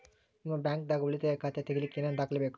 ನಿಮ್ಮ ಬ್ಯಾಂಕ್ ದಾಗ್ ಉಳಿತಾಯ ಖಾತಾ ತೆಗಿಲಿಕ್ಕೆ ಏನ್ ದಾಖಲೆ ಬೇಕು?